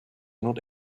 not